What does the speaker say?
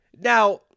Now